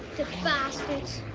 bastards.